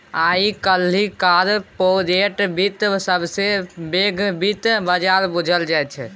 आइ काल्हि कारपोरेट बित्त सबसँ पैघ बित्त बजार बुझल जाइ छै